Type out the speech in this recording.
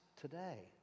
today